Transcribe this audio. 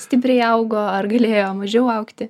stipriai augo ar galėjo mažiau augti